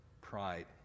pride